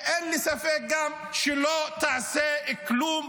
ואין לי ספק גם שלא תעשה כלום,